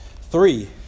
Three